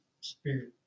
spirit